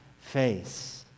face